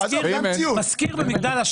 שיש בעיה תפעולית מאוד קשה לייצר מנגנון